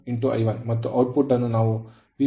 ಆಗಿ ತೆಗೆದುಕೊಳ್ಳುತ್ತಿದ್ದೇವೆ